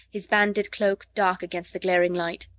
his banded cloak dark against the glaring light.